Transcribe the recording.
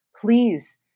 Please